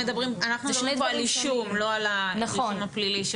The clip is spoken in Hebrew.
אנחנו מדברים על אישום, לא על הרישום הפלילי.